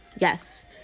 yes